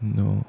no